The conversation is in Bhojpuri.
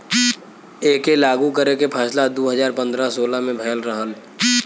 एके लागू करे के फैसला दू हज़ार पन्द्रह सोलह मे भयल रहल